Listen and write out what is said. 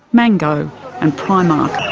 mango and primark.